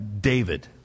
David